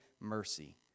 mercy